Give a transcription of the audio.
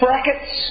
Brackets